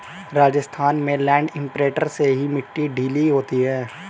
राजस्थान में land imprinter से ही मिट्टी ढीली होती है